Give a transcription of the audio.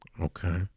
okay